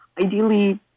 ideally